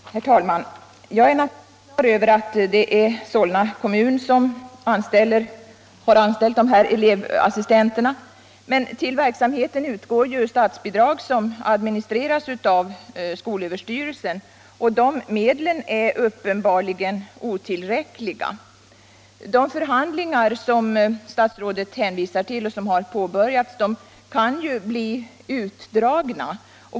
Herr talman! Jag är naturligtvis klar över att det är Solna kommun som har anställt de elevassistenter det gäller, men till verksamheten utgår ju statsbidrag som administreras av skolöverstyrelsen, och de medlen är uppenbarligen otillräckliga. De förhandlingar som statsrådet hänvisar till och som har påbörjats kan ju bli utdragna.